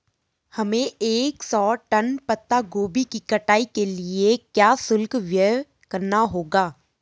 हमें एक सौ टन पत्ता गोभी की कटाई के लिए क्या शुल्क व्यय करना होगा?